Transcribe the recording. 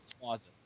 closet